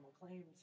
claims